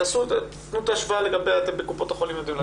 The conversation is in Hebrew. תנו השוואה לגבי קופות החולים.